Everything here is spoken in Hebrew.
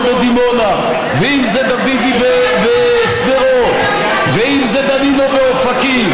בדימונה ואם זה דוידי בשדרות ואם זה דנינו באופקים,